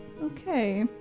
okay